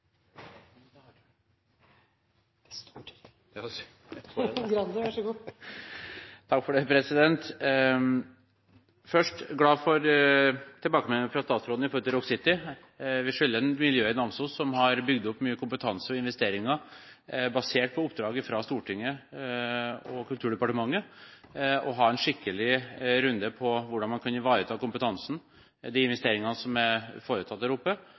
glad for tilbakemeldingene fra statsråden når det gjelder Rock City. Vi skylder miljøet i Namsos, som har bygd opp mye kompetanse og gjort investeringer basert på oppdraget fra Stortinget og Kulturdepartementet, å ha en skikkelig runde på hvordan man kan ivareta kompetansen og de investeringene som er foretatt, og finne en vei videre for miljøet der oppe.